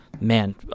Man